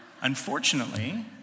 Unfortunately